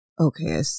okay